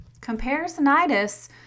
Comparisonitis